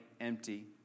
empty